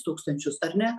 tūkstančius ar ne